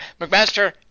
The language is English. McMaster